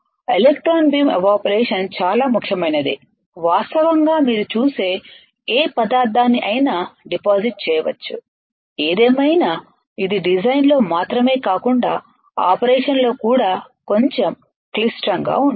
electron beam evaporation చాలా ముఖ్యమైనది వాస్తవంగా మీరు చూసే ఏ పదార్థాన్ని అయినా డిపాజిట్ చేయవచ్చు ఏదేమైనా ఇది డిజైన్లో మాత్రమే కాకుండా ఆపరేషన్లో కూడా కొంచెం క్లిష్టంగా ఉంటుంది